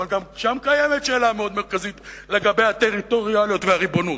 אבל גם קיימת שאלה מאוד מרכזית לגבי הטריטוריאליות והריבונות.